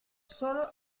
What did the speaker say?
sólo